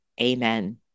Amen